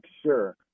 sure